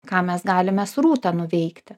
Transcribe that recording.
ką mes galime su rūta nuveikti